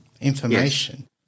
information